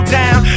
down